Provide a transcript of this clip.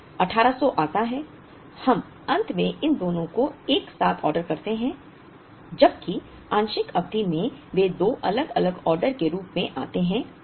फिर 1800 आता है हम अंत में इन दोनों को एक साथ ऑर्डर करते हैं जबकि आंशिक अवधि में वे दो अलग अलग ऑर्डर के रूप में आते हैं